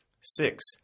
Six